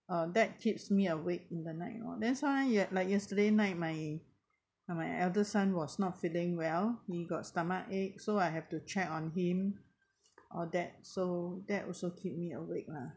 uh that keeps me awake in the night lah then sometimes you have like yesterday night my my elder son was not feeling well he got stomachache so I have to check on him all that so that also keep me awake lah